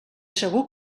segur